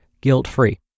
guilt-free